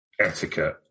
etiquette